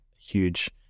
huge